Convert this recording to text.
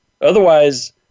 Otherwise